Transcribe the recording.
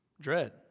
Dread